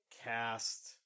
Cast